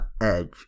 Edge